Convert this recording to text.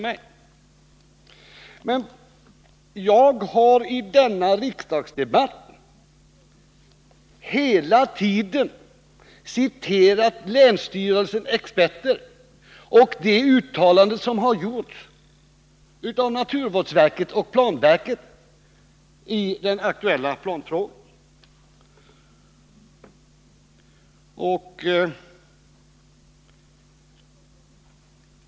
Men jag har i denna riksdagsdebatt hela tiden citerat länsstyrelsens experter och de uttalanden som har gjorts av naturvårdsverket och planverket i den aktuella planfrågan.